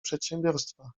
przedsiębiorstwa